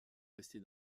restée